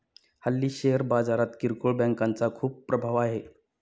हल्ली शेअर बाजारात किरकोळ बँकांचा खूप प्रभाव आहे